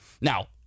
Now